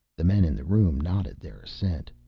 the men in the room nodded their assent.